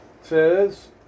says